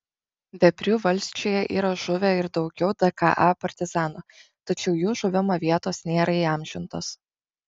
veprių valsčiuje yra žuvę ir daugiau dka partizanų tačiau jų žuvimo vietos nėra įamžintos